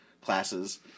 classes